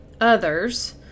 others